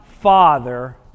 Father